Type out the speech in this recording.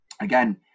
again